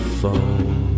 phone